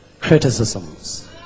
criticisms